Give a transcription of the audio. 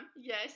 yes